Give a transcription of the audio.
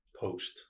post